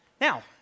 Now